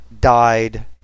Died